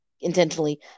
intentionally